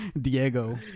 Diego